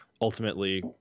Ultimately